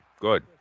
Good